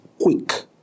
quick